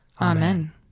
Amen